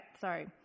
sorry